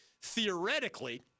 theoretically